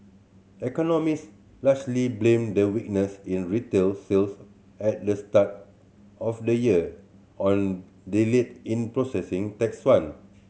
economist largely blame the weakness in retail sales at the start of the year on delay in processing tax fund